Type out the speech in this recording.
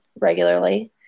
regularly